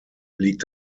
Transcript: liegt